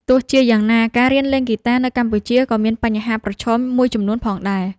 ទោះជាយ៉ាងណា ការរៀនលេងហ្គីតានៅកម្ពុជាក៏មានបញ្ហាប្រឈមមួយចំនួនផងដែរ។